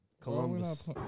Columbus